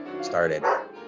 started